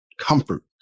comfort